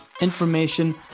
information